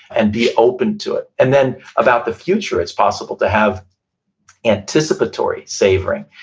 and be open to it. and then, about the future, it's possible to have anticipatory savoring.